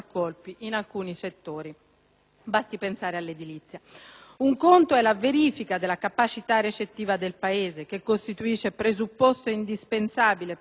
basti pensare all'edilizia. Un conto è la verifica della capacità recettiva del Paese, che costituisce presupposto indispensabile per la determinazione dei flussi;